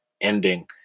ending